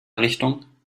richtung